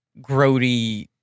grody